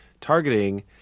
targeting